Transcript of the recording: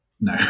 No